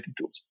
tools